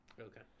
Okay